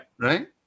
Right